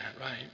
right